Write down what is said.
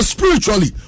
Spiritually